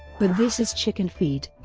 but this is chicken feed.